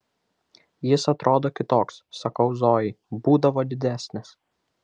jis atrodo kitoks sakau zojai būdavo didesnis